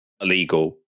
illegal